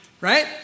right